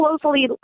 closely